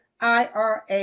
IRA